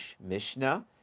mishnah